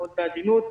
מאוד בעדינות,